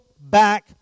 back